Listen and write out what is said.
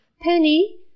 Penny